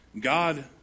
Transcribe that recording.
God